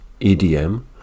EDM